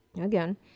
Again